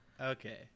okay